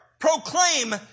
Proclaim